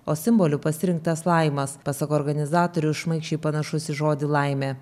o simboliu pasirinktas laimas pasak organizatorių šmaikščiai panašus į žodį laimė